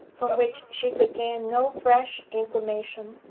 from which she could gain no fresh information,